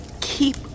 keep